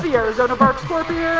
yeah arizona bark scorpion